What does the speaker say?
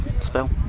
spell